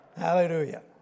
Hallelujah